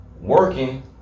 working